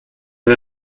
wie